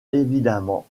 évidemment